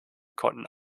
konnten